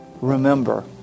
Remember